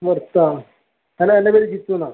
നിർത്താം ഹലോ എൻ്റെ പേര് ജിത്തു എന്നാണ്